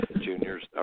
juniors